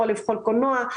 יכול לבחור קולנוע.